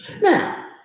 Now